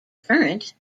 current